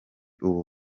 uwo